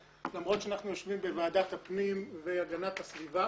למרות שאנחנו יושבים בוועדת הפנים והגנת הסביבה,